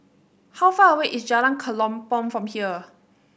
how far away is Jalan Kelempong from here